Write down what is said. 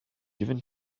given